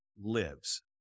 lives